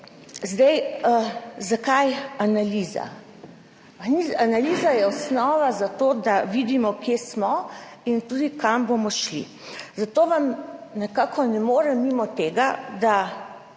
Zakaj analiza? Analiza je osnova za to, da vidimo, kje smo in tudi kam bomo šli. Zato nekako ne morem mimo tega, da